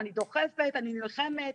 אני דוחפת ואני נלחמת,